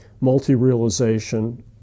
multi-realization